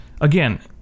again